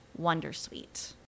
wondersuite